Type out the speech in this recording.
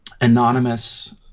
anonymous